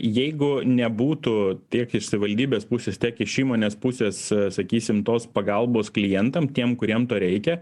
jeigu nebūtų tiek iš savivaldybės pusės tiek iš įmonės pusės sakysim tos pagalbos klientam tiem kuriem to reikia